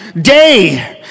Day